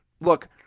look